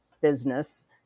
business